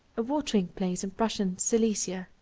a watering place in prussian silesia.